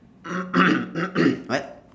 what